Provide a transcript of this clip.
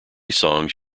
songs